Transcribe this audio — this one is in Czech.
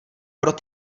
pro